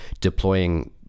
deploying